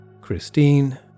Christine